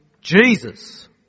Jesus